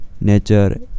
nature